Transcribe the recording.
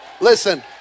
Listen